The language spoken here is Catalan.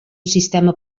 sistema